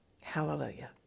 Hallelujah